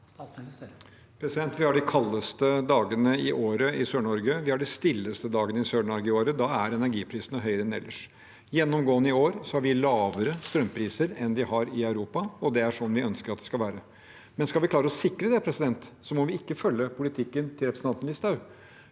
Gahr Støre Vi har årets kaldeste dager i Sør-Norge, vi har de stilleste dagene i Sør-Norge i år, og da er energiprisene høyere enn ellers. Gjennomgående i år har vi hatt lavere strømpriser enn de har hatt i Europa, og det er sånn vi ønsker at det skal være. Men skal vi klare å sikre det, må vi ikke følge politikken til representanten Listhaug.